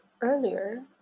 earlier